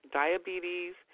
diabetes